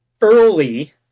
early